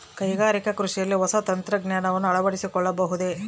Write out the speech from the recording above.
ಕೈಗಾರಿಕಾ ಕೃಷಿಯಲ್ಲಿ ಹೊಸ ತಂತ್ರಜ್ಞಾನವನ್ನ ಅಳವಡಿಸಿಕೊಳ್ಳಬಹುದೇ?